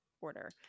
order